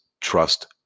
trust